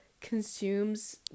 consumes